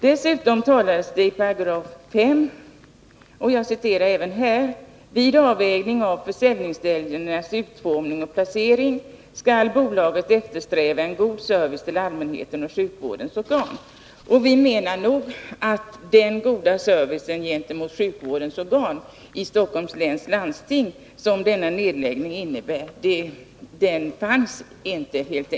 Dessutom talas det i 5§ om att bolaget vid avvägning av försäljningsställenas utformning och placering skall eftersträva en god service till allmänheten och sjukvårdens organ. Vi menar att den goda service gentemot sjukvårdens organ i Stockholms läns landsting som denna nedläggning förutsätter helt Nr 119 enkelt inte finns.